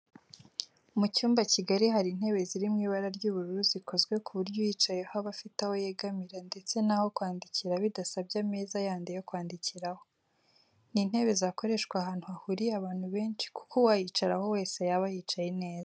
Mu cyumba kigari hari intebe ziri mu ibara ry'ubururu zikozwe ku buryo uyicayeho aba afite aho yegamira ndetse n'aho kwandikira bidasabye ameza yandi yo kwandikiraho. Ni intebe zakoreshwa ahantu hahuriye abantu benshi kuko uwayicaraho wese yaba yicaye neza.